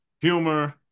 humor